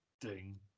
ding